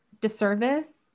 disservice